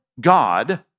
God